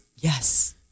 Yes